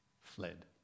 fled